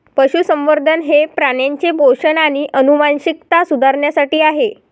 पशुसंवर्धन हे प्राण्यांचे पोषण आणि आनुवंशिकता सुधारण्यासाठी आहे